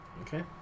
okay